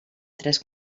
tres